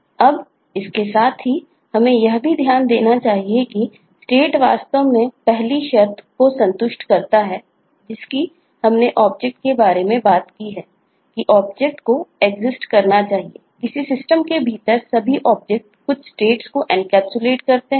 अब इसके साथ ही हमें यह भी ध्यान देना चाहिए कि स्टेट होते हैं